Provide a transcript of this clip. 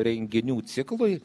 renginių ciklui